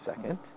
second